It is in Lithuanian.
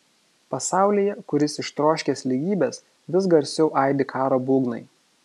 pasaulyje kuris ištroškęs lygybės vis garsiau aidi karo būgnai